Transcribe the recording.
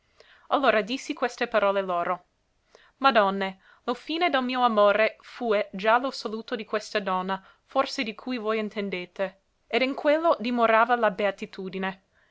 allora dissi queste parole loro madonne lo fine del mio amore fue già lo saluto di questa donna forse di cui voi intendete ed in quello dimorava la beatitudine